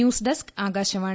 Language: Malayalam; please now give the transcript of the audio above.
news desk Akashvani